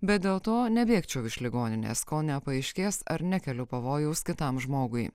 bet dėl to nebėgčiau iš ligoninės kol nepaaiškės ar nekeliu pavojaus kitam žmogui